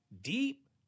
Deep